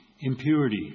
impurity